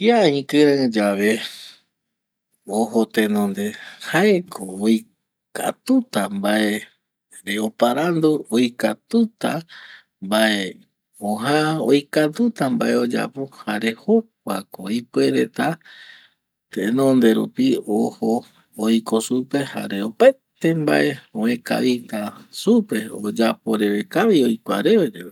Kia ikɨreɨ yave ojo tenonde jaeko oikatuta mbaere oparandu, oikatuta mbae oja, oikatuta mbae oyapo jare jokuako ipuereta tenonde rupi ojo oiko supe jare opaete mbae oëkavita supe oyaporeve kavi okua reve yave